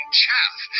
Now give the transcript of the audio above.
chaff